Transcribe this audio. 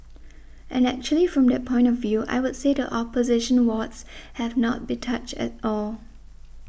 and actually from that point of view I would say the opposition wards have not been touched at all